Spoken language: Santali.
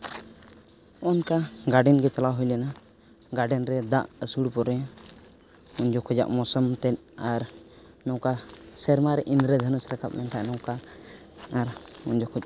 ᱚᱱᱠᱟ ᱜᱟᱨᱰᱮᱱ ᱜᱮ ᱪᱟᱞᱟᱣ ᱦᱩᱭ ᱞᱮᱱᱟ ᱜᱟᱨᱰᱮᱱ ᱨᱮ ᱫᱟᱜ ᱟᱹᱥᱩᱲ ᱯᱚᱨᱮ ᱩᱱ ᱡᱚᱠᱷᱚᱡᱟᱜ ᱢᱳᱥᱩᱢᱛᱮᱫ ᱟᱨ ᱱᱚᱝᱠᱟ ᱥᱮᱨᱢᱟ ᱨᱮ ᱤᱫᱨᱚ ᱫᱷᱚᱱᱩᱥ ᱨᱟᱠᱟᱵ ᱞᱮᱱᱠᱷᱟᱱ ᱱᱚᱝᱠᱟ ᱟᱨ ᱩᱱ ᱡᱚᱠᱷᱚᱱ